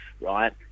right